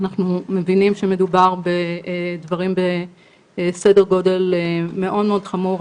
אנחנו מבינים שמדובר בדברים בסדר גודל מאוד חמור,